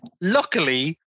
luckily